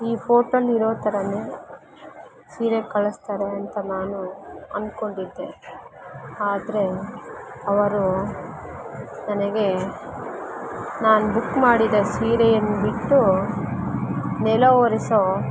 ಈ ಫೋಟೋಲಿ ಇರೋ ಥರ ಸೀರೆ ಕಳಿಸ್ತಾರೆ ಅಂತ ನಾನು ಅನ್ಕೊಂಡಿದ್ದೆ ಆದರೆ ಅವರು ನನಗೆ ನಾನು ಬುಕ್ ಮಾಡಿದ ಸೀರೆಯನ್ನು ಬಿಟ್ಟು ನೆಲ ಒರೆಸೋ